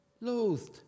loathed